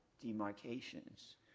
demarcations